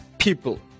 people